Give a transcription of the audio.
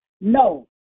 No